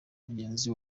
mugenzi